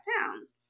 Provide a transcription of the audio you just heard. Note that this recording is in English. pounds